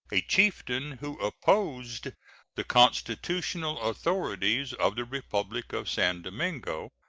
a chieftain who opposed the constitutional authorities of the republic of san domingo,